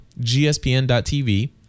gspn.tv